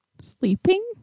Sleeping